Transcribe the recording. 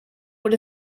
what